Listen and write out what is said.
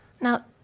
Now